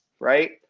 right